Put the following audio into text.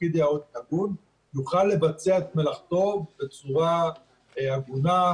יוכל לבצע את מלאכתו בצורה הגונה,